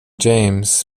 james